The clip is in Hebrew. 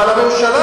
אבל הממשלה,